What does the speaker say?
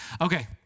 Okay